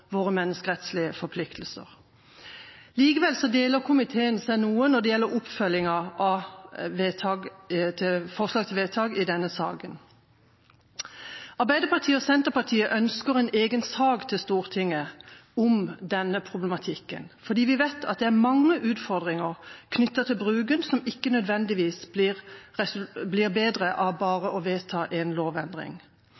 våre menneskerettslige forpliktelser. Likevel deler komiteen seg noe når det gjelder oppfølgingen av forslag til vedtak i denne saken. Arbeiderpartiet og Senterpartiet ønsker en egen sak til Stortinget om denne problematikken fordi vi vet at det er mange utfordringer knyttet til bruken som ikke nødvendigvis blir bedre av